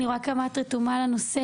אני רואה כמה את רתומה לנושא,